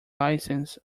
licence